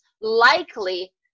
likely